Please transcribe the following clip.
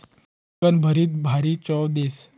गिलकानं भरीत भारी चव देस